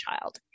child